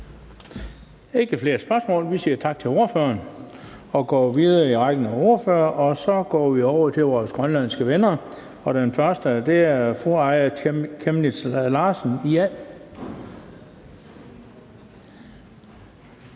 ikke flere spørgsmål. Vi siger tak til ordføreren og går videre i rækken af ordførere. Vi går over til vores grønlandske venner, og den første er fru Aaja Chemnitz Larsen, IA.